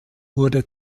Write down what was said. wurde